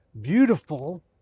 beautiful